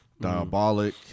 Diabolic